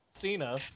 Cena